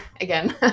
again